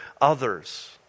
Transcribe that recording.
others